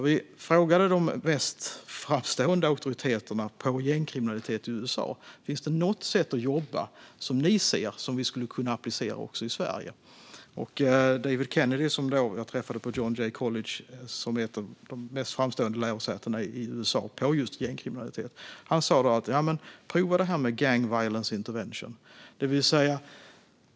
Vi frågade då de mest framstående auktoriteterna på gängkriminalitet i USA: Ser ni att det finns något sätt att jobba som vi skulle kunna applicera också i Sverige? David Kennedy, som jag träffade på John Jay College, ett av de mest framstående lärosätena i USA på just gängkriminalitet, svarade: Prova det här med gang violence intervention!